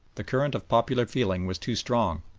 the current of popular feeling was too strong,